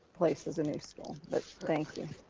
places a new school, but thank you.